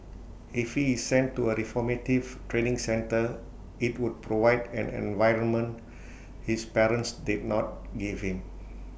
if he is sent to A reformative training centre IT would provide an environment his parents did not give him